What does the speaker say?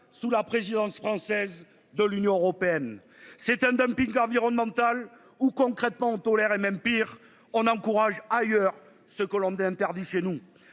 sous la présidence française de l'Union européenne. C'est un dumping environnemental. Ou concrètement tolère et même pire on encourage ailleurs ce Colombien interdit chez nous.